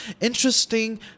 interesting